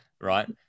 right